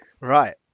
Right